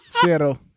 Zero